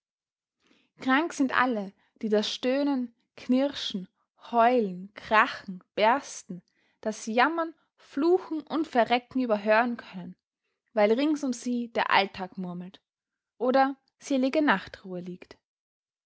krank sind alle die das stöhnen knirschen heulen krachen bersten das jammern fluchen und verrecken überhören können weil rings um sie der alltag murmelt oder selige nachtruhe liegt